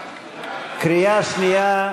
קריאה שנייה.